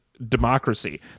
democracy